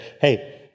hey